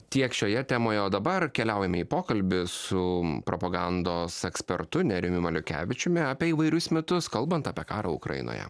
tiek šioje temoje o dabar keliaujame į pokalbį su propagandos ekspertu nerijumi maliukevičiumi apie įvairius mitus kalbant apie karą ukrainoje